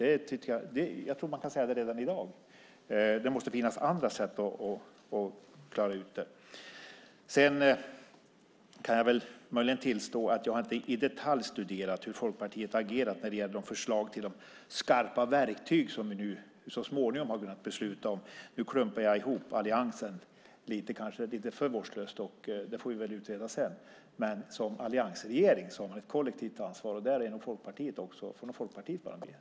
Jag tror att man kan säga det redan i dag. Det måste finnas andra sätt att klara ut detta. Sedan kan jag möjligen tillstå att jag inte i detalj har studerat hur Folkpartiet har agerat när det gäller de förslag till skarpa verktyg som vi så småningom har kunnat besluta om. Nu klumpar jag kanske ihop alliansen lite för vårdslöst. Det får vi väl reda ut sedan. Men som alliansregering, med kollektivt ansvar, får förmodligen Folkpartiet också vara med.